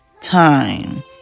time